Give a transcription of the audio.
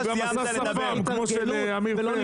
הוא גם עשה שפם כמו של עמיר פרץ.